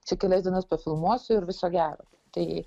čia kelias dienas pafilmuosiu ir viso gero tai